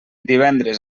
divendres